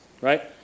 right